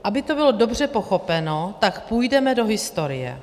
Aby to bylo dobře pochopeno, tak půjdeme do historie.